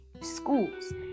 schools